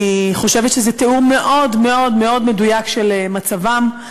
אני חושבת שזה תיאור מאוד מאוד מאוד מדויק של מצבם,